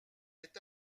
est